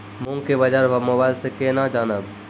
मूंग के बाजार भाव मोबाइल से के ना जान ब?